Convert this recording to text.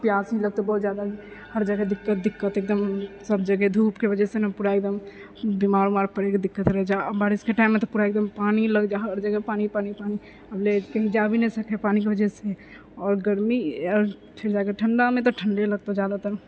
प्यास भी लगतै बहुत जादा ही हर जगह दिक्कत दिक्कत एकदम सब जगह धूपके वजहसँ ने पूरा एकदम बीमार उमार पड़ैके दिक्कत रहै छै आओर बारिशके टाइममे तऽ पूरा एकदम पानि लग जाइ हैय हर जगह पानि पानि पानि आब ले कहीं जाए भी नहि सकै हियै पानिके वजहसँ आओर गर्मी फेर जाइके ठण्डामे तऽ ठण्डे लगतौ जादातर